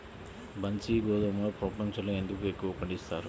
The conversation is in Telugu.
బన్సీ గోధుమను ప్రపంచంలో ఎందుకు ఎక్కువగా పండిస్తారు?